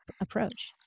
approach